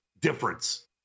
difference